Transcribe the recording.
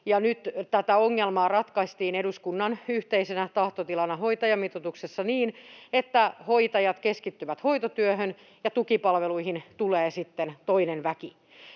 Tätä ongelmaa ratkaistiin eduskunnan yhteisenä tahtotilana hoitajamitoituksessa niin, että hoitajat keskittyvät hoitotyöhön ja tukipalveluihin tulee sitten toinen väki,